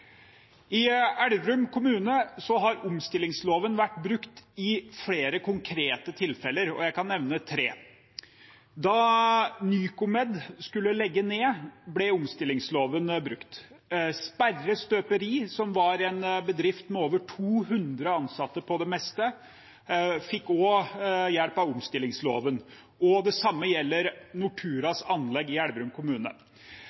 I Elverum kommune har omstillingsloven vært brukt i flere konkrete tilfeller. Jeg kan nevne tre. Da Nycomed skulle legge ned, ble omstillingsloven brukt. Sperre Støperi, som var en bedrift med over 200 ansatte på det meste, fikk også hjelp av omstillingsloven. Det samme gjelder